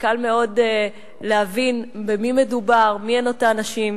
קל מאוד להבין במי מדובר, מיהן אותן נשים.